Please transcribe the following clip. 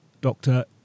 Doctor